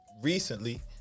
recently